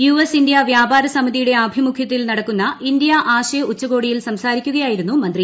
US India വ്യാപാരസമിതിയുടെ ആഭിമുഖ്യത്തിൽ നടക്കുന്ന ഇന്ത്യ ആശയ ഉച്ചകോടിയിൽ സംസാരിക്കുകയായിരുന്നു മന്ത്രി